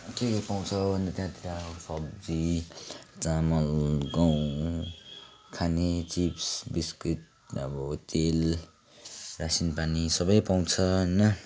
के के पाउँछ भने त्यहाँतिर अब सब्जी चामल गहुँ खाने चिप्स बिस्किट अब तेल रासिनपानी सबै पाउँछ होइन